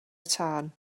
tân